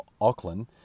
Auckland